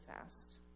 fast